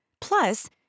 Plus